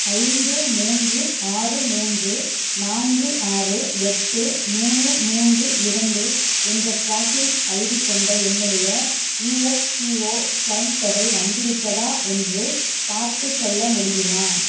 ஐந்து மூன்று ஆறு மூன்று நான்கு ஆறு எட்டு மூணு மூன்று இரண்டு என்ற ட்ராக்கிங் ஐடி கொண்ட என்னுடைய இஎஃப்பிஓ க்ளைம் தொகை வந்துவிட்டதா என்று பார்த்துச் சொல்ல முடியுமா